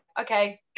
Okay